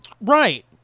Right